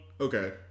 Okay